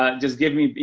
ah just give me,